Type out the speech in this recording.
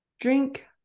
drink